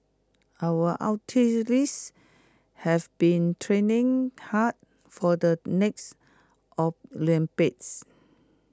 our athletes have been training hard for the next Olympics